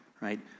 Right